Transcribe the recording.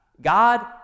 God